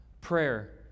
prayer